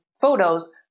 photos